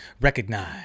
Recognize